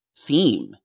theme